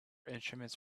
instruments